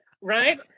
Right